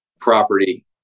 property